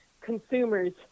consumers